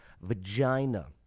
vagina